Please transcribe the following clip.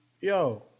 yo